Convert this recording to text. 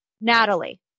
Natalie